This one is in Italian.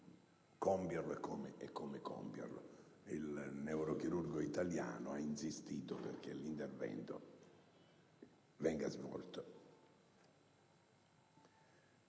l'intervento e come compierlo. Il neurochirurgo italiano ha insistito perché l'intervento venga svolto.